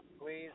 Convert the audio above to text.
Please